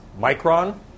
micron